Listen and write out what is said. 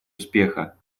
успеха